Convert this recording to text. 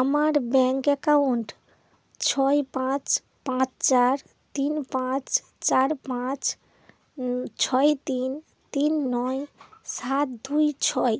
আমার bank account ছয় পাঁচ পাঁচ চার তিন পাঁচ চার পাঁচ ছয় তিন তিন নয় সাত দুই ছয়